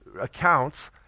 accounts